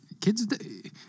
kids